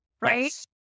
right